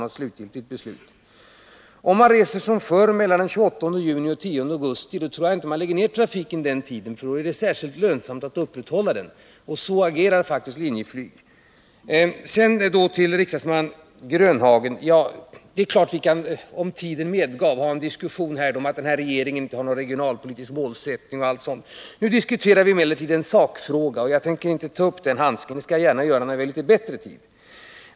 Om folk som förr vill resa på denna linje mellan den 28 juni och den 10 augusti tror jag inte att man lägger ned trafiken under den tiden, för det är ju då som det är särskilt lönsamt att upprätthålla trafiken. Så agerar faktiskt Linjeflyg. Till riksdagsman Nils-Olof Grönhagen: Ja, det är klart att vi, om tiden medgav det, skulle kunna ha en diskussion om att den här regeringen inte har någon regionalpolitisk målsättning, och allt sådant. Nu diskuterar vi Nr 99 emellertid en sakfråga, och jag tänker därför inte ta upp den handsken. Det skall jag gärna göra när vi har litet bättre tid.